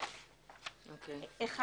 (1)